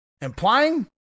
Implying